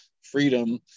freedom